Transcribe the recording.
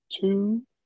two